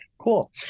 Cool